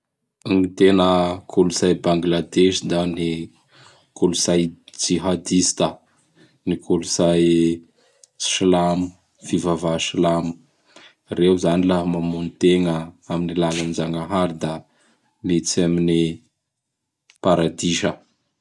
Gn tena kolotsay Bangladesy da gny kolotsay Jihadista, gn kolotsay Silamo. Fivavaha Silamo. Reo zany laha mamono tegna am alalan Zagnahary da miditsy amin'i Paradisa.